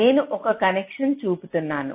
నేను ఒక కనెక్షన్ను చూపుతున్నాను